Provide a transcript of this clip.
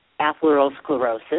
atherosclerosis